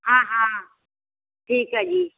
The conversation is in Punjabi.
ਹਾਂ ਹਾਂ ਠੀਕ ਹੈ ਜੀ